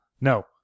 No